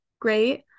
great